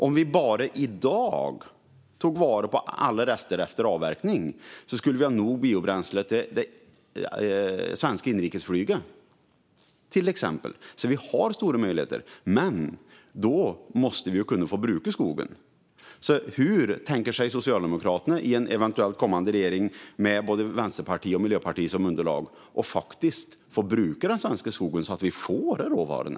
Om vi bara i dag tog vara på alla rester efter avverkning skulle vi till exempel ha nog med biobränsle till det svenska inrikesflyget. Vi har stora möjligheter, men då måste vi kunna bruka skogen. Hur tänker sig Socialdemokraterna att, i en eventuell kommande regering med både Vänsterpartiet och Miljöpartiet som underlag, faktiskt låta bruka den svenska skogen så att vi får råvarorna?